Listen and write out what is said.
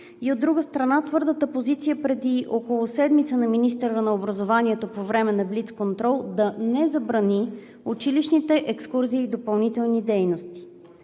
От друга страна, твърдата позиция отпреди около седмица на министъра на образованието по време на блицконтрол да не забрани училищните екскурзии и допълнителни дейности.